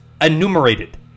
enumerated